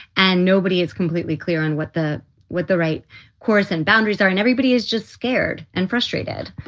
and nobody is completely clear on what the what the right course and boundaries are. and everybody is just scared and frustrated.